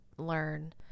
learn